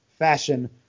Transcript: Fashion